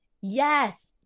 yes